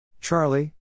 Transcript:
Charlie